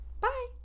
Bye